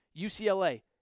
UCLA